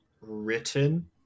written